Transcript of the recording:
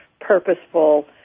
purposeful